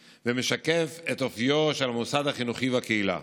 ומשקף את אופיו של המוסד החינוכי והקהילה.